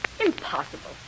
Impossible